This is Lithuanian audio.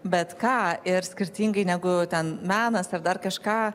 bet ką ir skirtingai negu ten menas ar dar kažką